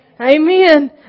Amen